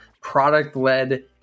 product-led